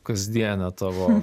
kasdienė tavo